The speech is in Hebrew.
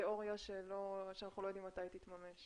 תיאוריה שאנחנו לא יודעים מתי היא תתממש?